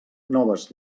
noves